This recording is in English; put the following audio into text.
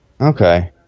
okay